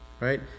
right